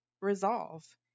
resolve